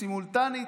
סימולטנית,